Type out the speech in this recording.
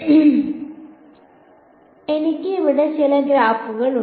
അതിനാൽ എനിക്ക് ഇവിടെ ചില ഗ്രാഫുകൾ ഉണ്ട്